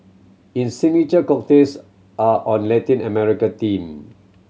its signature cocktails are on Latin American theme